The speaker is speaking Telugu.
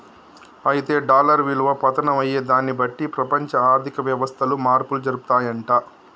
అయితే డాలర్ విలువ పతనం అయ్యేదాన్ని బట్టి ప్రపంచ ఆర్థిక వ్యవస్థలు మార్పులు జరుపుతాయంట